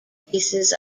pieces